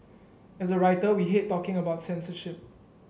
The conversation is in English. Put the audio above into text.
as a writer we hate talking about censorship